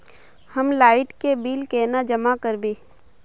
हम लाइट के बिल केना जमा करबे?